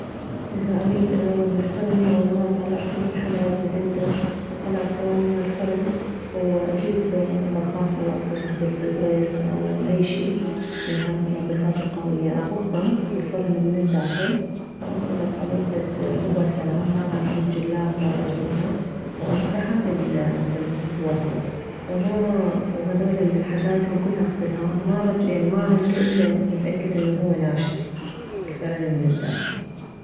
اذا اريدانظف الفرن اول مرة اطلع كل الحدايد من عنده واطلع الصواني مالفرن واجيب بخاخ منظف مثل ستريس او اي شي من هاي المنظفات القوية ابخه للفرن من الداخل وانتظر عليه فد ربع ساعة وراها اجيب جلافة واجلفه وامسحه بال بالوصلة وما وهذول الحدايد هم كلها اغسلها وما ارجع يعني ما اعلكه الا اتاكد انه هو ناشف من الداخل